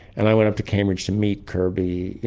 and i went up to cambridge to meet kirby, you